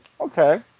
okay